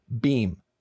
Beam